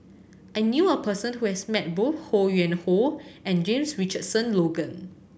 I knew a person who has met both Ho Yuen Hoe and James Richardson Logan